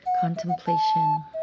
Contemplation